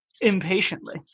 impatiently